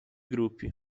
gruppi